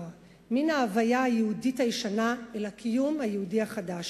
מן ההוויה היהודית הישנה אל הקיום היהודי החדש.